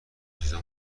چیزا